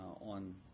on